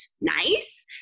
nice